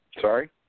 Sorry